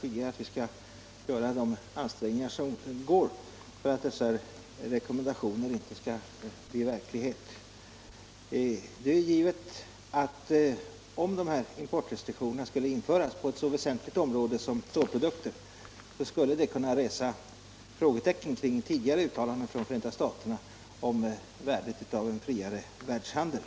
Som jag sagt tidigare skall vi göra vad vi kan för att söka undvika att dessa rekommendationer blir verklighet. Det är givet att om importrestriktionerna skulle sättas in på ett för oss så väsentligt område som stålprodukter skulle det kunna leda till att man satte frågetecken för tidigare gjorda uttalanden av Förenta staterna om värdet av en friare världshandel.